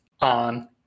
on